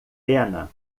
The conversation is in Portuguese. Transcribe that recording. pena